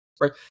right